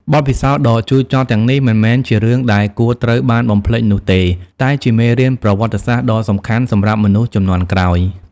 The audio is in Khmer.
បទពិសោធន៍ដ៏ជូរចត់ទាំងនេះមិនមែនជារឿងដែលគួរត្រូវបានបំភ្លេចនោះទេ តែជាមេរៀនប្រវត្តិសាស្ត្រដ៏សំខាន់សម្រាប់មនុស្សជំនាន់ក្រោយ។